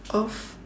of